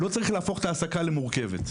לא צריך להפוך את ההעסקה למורכבת.